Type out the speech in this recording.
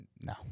No